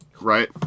Right